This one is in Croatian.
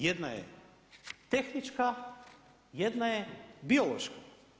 Jedna je tehnička, jedna je biološka.